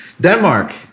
Denmark